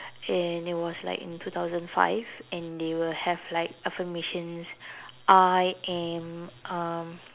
and it was like in two thousand five and they will have like affirmations I am um